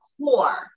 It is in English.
core